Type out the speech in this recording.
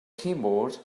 keyboard